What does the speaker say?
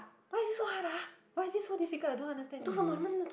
why is it so hard ah why is this so difficult I don't understand this uh